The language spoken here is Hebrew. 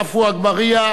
עפו אגבאריה,